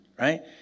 right